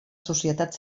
societat